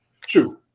True